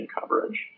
coverage